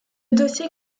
dossier